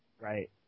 Right